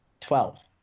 Twelve